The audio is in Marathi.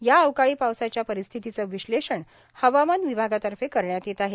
या अवकाळी पावसाच्या परिस्थितीच विश्लेषण हवामान विभागातर्फे करण्यात येत आहे